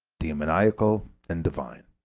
demoniacal and divine.